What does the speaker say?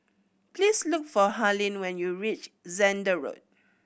please look for Harlene when you reach Zehnder Road